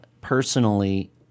personally